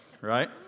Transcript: right